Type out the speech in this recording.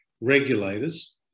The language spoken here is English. regulators